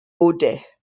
ode